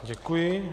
Děkuji.